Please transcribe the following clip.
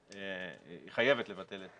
היא חייבת לבטל את